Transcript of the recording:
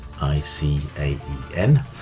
I-C-A-E-N